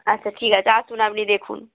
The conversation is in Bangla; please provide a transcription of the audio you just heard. আচ্ছা ঠিক আছে আসুন আপনি দেখুন